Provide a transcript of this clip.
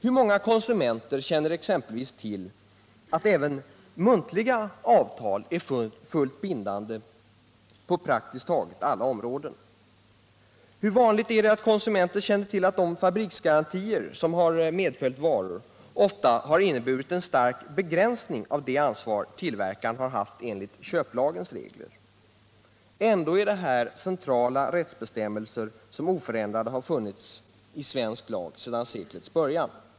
Hur många konsumenter känner exempelvis till att även muntliga avtal är fullt bindande på praktiskt taget alla områden? Hur vanligt är det att konsumenter känner till att de fabriksgarantier som medföljer varor ofta innebär en stark begränsning av det ansvar tillverkarna har enligt köplagens regler? Ändå är det här två centrala rättsbestämmelser som oförändrade har funnits i svensk lag sedan seklets början.